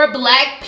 black